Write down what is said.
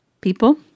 people